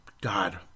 God